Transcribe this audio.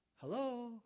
hello